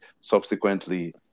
subsequently